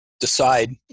Decide